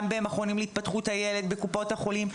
גם במכונים להתפתחות הילד בקופות החולים,